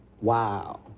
Wow